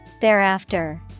Thereafter